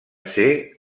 ser